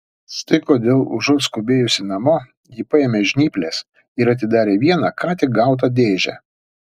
štai kodėl užuot skubėjusi namo ji paėmė žnyples ir atidarė vieną ką tik gautą dėžę